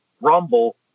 rumble